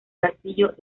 castillo